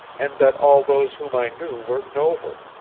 and that all those whom i knew were noble.